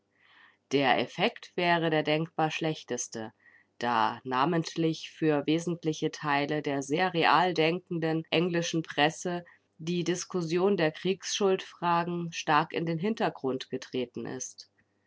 der effekt wäre der denkbar schlechteste da namentlich für wesentliche teile der sehr real denkenden englischen presse die diskussion der kriegsschuldfragen stark in den hintergrund getreten ist